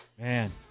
Man